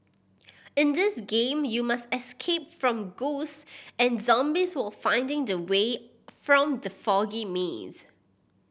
in this game you must escape from ghost and zombies while finding the way from the foggy maze